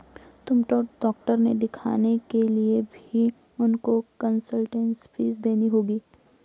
तुमको डॉक्टर के दिखाने के लिए भी उनको कंसलटेन्स फीस देनी होगी